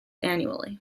annually